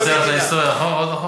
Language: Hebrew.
אתה רוצה ללכת להיסטוריה עוד אחורה?